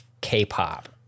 K-pop